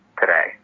today